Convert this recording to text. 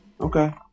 Okay